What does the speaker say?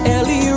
Ellie